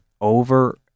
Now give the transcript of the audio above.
over